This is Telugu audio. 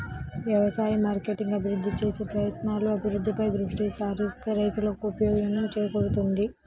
వ్యవసాయ మార్కెటింగ్ అభివృద్ధి చేసే ప్రయత్నాలు, అభివృద్ధిపై దృష్టి సారిస్తే రైతులకు ప్రయోజనం చేకూరుతుంది